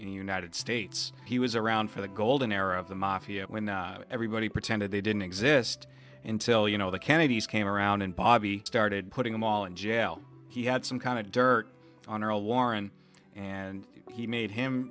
united states he was around for the golden era of the mafia when everybody pretended they didn't exist until you know the kennedys came around and bobby started putting them all in jail he had some kind of dirt on or a warren and he made him